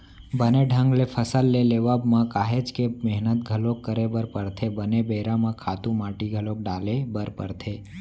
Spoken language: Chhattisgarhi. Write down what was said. बने ढंग ले फसल के लेवब म काहेच के मेहनत घलोक करे बर परथे, बने बेरा म खातू माटी घलोक डाले बर परथे